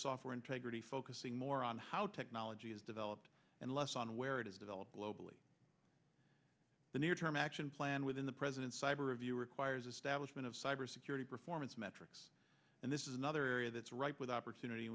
software integrity focusing more on how technology is developed and less on where it is developed locally the near term action plan within the president's cyber view requires establishment of cybersecurity performance metrics and this is another area that's ripe with opportunity